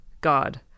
God